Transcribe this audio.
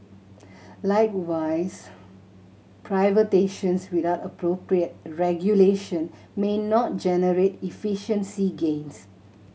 likewise without appropriate regulation may not generate efficiency gains